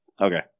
Okay